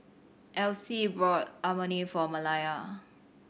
Elsie bought Imoni for Malaya